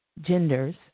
genders